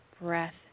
breath